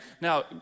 Now